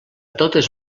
totes